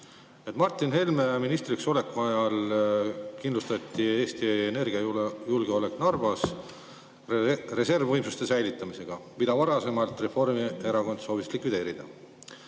Martin Helme ministriks oleku ajal kindlustati Eesti energiajulgeolek Narvas reservvõimsuste säilitamisega, mida Reformierakond oli varem soovinud likvideerida.